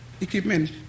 equipment